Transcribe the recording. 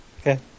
Okay